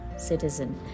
citizen